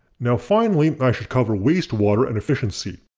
now finally, i should cover wastewater and efficiency.